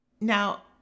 now